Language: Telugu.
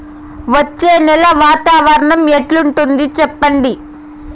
వచ్చే నెల వాతావరణం ఎట్లుంటుంది చెప్పండి?